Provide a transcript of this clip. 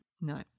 No